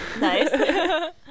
Nice